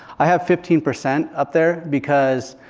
i have fifteen percent up there because